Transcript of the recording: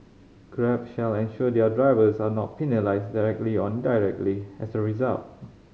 Grab shall ensure their drivers are not penalised directly or indirectly as a result